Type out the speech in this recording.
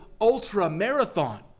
ultra-marathon